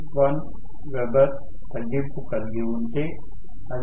1 weber తగ్గింపు కలిగి ఉంటే అది 0